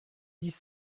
dix